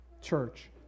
church